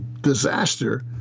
disaster